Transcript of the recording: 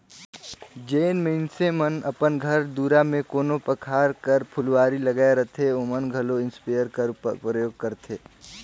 जेन मइनसे मन अपन घर दुरा में कोनो परकार कर फुलवारी लगाए रहथें ओमन घलो इस्पेयर कर परयोग करथे